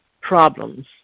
problems